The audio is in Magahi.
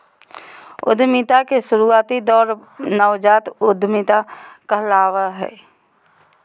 उद्यमिता के शुरुआती दौर नवजात उधमिता कहलावय हय